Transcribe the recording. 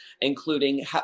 including